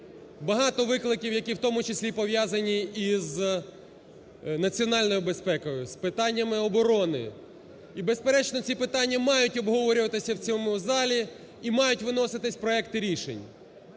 Багато викликів, які в тому числі і пов'язані з національною безпекою, з питаннями оборони. І, безперечно, ці питання мають обговорюватись в цьому залі і мають виноситись проекти рішень.